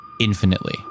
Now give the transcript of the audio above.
infinitely